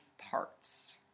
parts